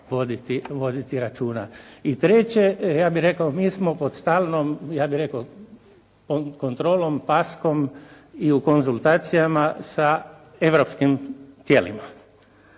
I treće, ja bih rekao mi smo pod stalnom kontrolom, paskom i u konzultacijama sa europskim tijelima